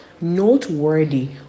Noteworthy